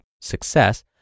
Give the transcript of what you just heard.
success